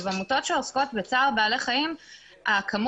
העמותות שעוסקות בצער בעלי חיים כמות